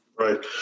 Right